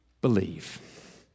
believe